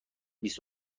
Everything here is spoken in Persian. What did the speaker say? بیست